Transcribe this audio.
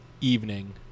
evening